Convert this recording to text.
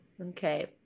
Okay